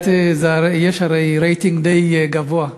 יש הרי רייטינג די גבוה,